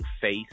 face